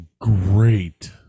Great